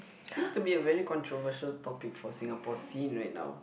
seems to be a very controversial topic for Singapore scene right now